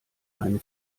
eine